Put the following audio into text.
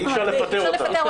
אי אפשר לפטר אותה.